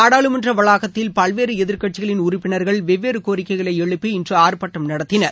நாடாளுமன்ற வளாகத்தில் பல்வேறு எதிர்கட்சிகளிள் உறுப்பினர்கள் வெவ்வேறு கோரிக்கைகளை எழுப்பி இன்று ஆர்பாட்டம் நடத்தினார்கள்